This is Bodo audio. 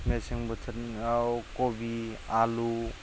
मेसें बोथोराव खबि आलु